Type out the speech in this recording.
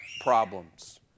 problems